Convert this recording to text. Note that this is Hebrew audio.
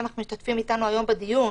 הם משתתפים איתנו היום בדיון.